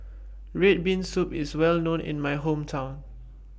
Red Bean Soup IS Well known in My Hometown